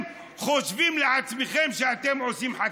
נענה לו.